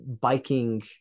biking